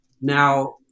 Now